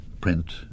print